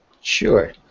Sure